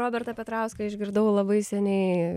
robertą petrauską išgirdau labai seniai